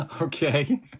Okay